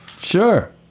Sure